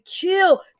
kill